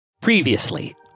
Previously